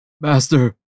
Master